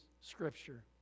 scripture